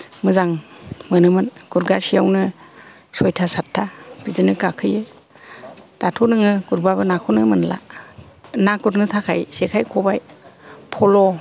मोजां मोनोमोन गुरगासेयावनो सयथा सातथा बिदिनो गाखोयो दाथ' नोङो गुरबाबो नाखौनो मोनला ना गुरनो थाखाय जेखाइ खबाय फल'